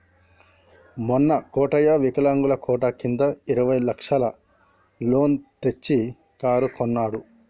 మొన్న కోటయ్య వికలాంగుల కోట కింద ఇరవై లక్షల లోన్ తెచ్చి కారు కొన్నడు